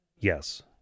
Yes